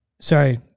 Sorry